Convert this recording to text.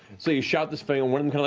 so you shout this but and one kind of